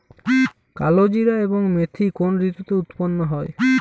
কালোজিরা এবং মেথি কোন ঋতুতে উৎপন্ন হয়?